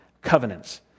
covenants